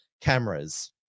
cameras